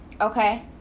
Okay